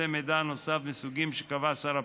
פריטי מידע נוסף מסוגים שקבע שר הפנים.